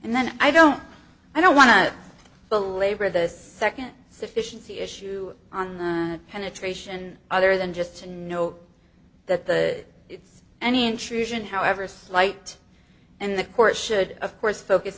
and then i don't i don't want to belabor the second sufficiency issue on the penetration other than just to know that the it's an intrusion however slight and the court should of course focus